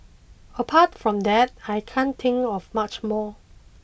apart from that I can't think of much more